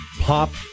pop